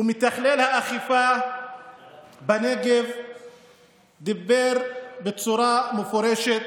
ומתכלל האכיפה בנגב אמר בצורה מפורשת